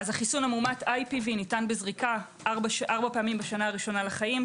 החיסון המאומת IPV ניתן בזריקה 4 פעמים בשנה הראשונה לחיים.